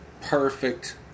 perfect